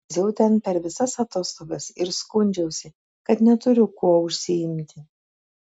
zirziau ten per visas atostogas ir skundžiausi kad neturiu kuo užsiimti